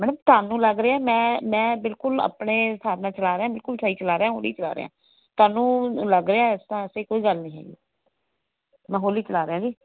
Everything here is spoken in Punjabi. ਮੈਡਮ ਤੁਹਾਨੂੰ ਲੱਗ ਰਿਹਾ ਮੈਂ ਮੈਂ ਬਿਲਕੁਲ ਆਪਣੇ ਹਿਸਾਬ ਨਾਲ ਚਲਾ ਰਿਹਾ ਬਿਲਕੁਲ ਸਹੀ ਚਲਾ ਰਿਹਾ ਹੌਲੀ ਚਲਾ ਰਿਹਾ ਤੁਹਾਨੂੰ ਲੱਗ ਰਿਹਾ ਇਸ ਤਰ੍ਹਾਂ ਐਸੀ ਕੋਈ ਗੱਲ ਨਹੀਂ ਹੈਗੀ ਮੈਂ ਹੌਲੀ ਚਲਾ ਰਿਹਾ ਜੀ